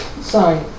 Sorry